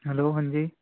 hello ہاں جی